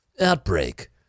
Outbreak